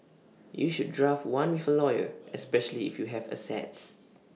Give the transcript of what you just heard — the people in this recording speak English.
you should draft one with A lawyer especially if you have assets